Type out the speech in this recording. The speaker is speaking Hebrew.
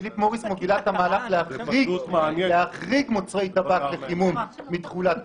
"פיליפ מוריס" מובילה את המהלך להחריג מוצרי טבק לחימום מהתחולה.